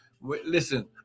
Listen